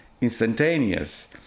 instantaneous